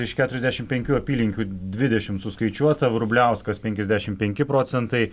iš keturiasdešimt penkių apylinkių dvidešimt suskaičiuota vrubliauskas penkiasdešimt penki procentai